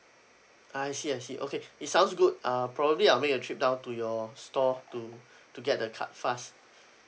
I see I see okay it sounds good uh probably I'll make a trip down to your store to to get the card fast